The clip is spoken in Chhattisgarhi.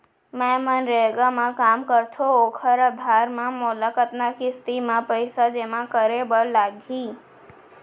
मैं मनरेगा म काम करथो, ओखर आधार म मोला कतना किस्ती म पइसा जेमा करे बर लागही?